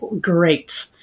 great